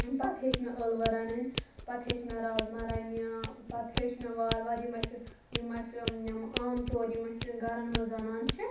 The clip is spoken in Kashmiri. پَتہٕ ہیٚچھ مےٚ ٲلوٕ رَنٕنۍ پَتہٕ ہیٚچھ مےٚ رازما رَنٕنۍ یا پَتہٕ ہیوٚچھ مےٚ وارٕ وارٕ یِم اَسہِ یِم اَسہِ یِم عام طور یِم أسہِ گَرَن منٛز رَنان چھِ